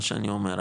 מה שאני אומר,